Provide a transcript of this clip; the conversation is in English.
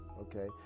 okay